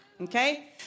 okay